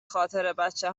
خاطربچه